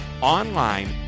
online